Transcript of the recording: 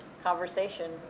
conversation